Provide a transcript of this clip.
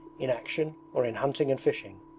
in action, or in hunting and fishing.